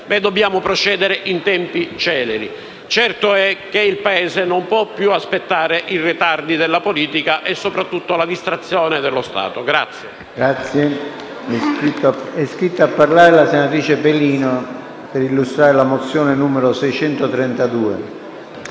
dobbiamo procedere in tempi celeri. Certo è che il Paese non può più aspettare i ritardi della politica e, soprattutto, la distrazione dello Stato. PRESIDENTE. Ha facoltà di parlare la senatrice Pelino per illustrare la mozione n. 632.